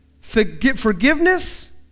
Forgiveness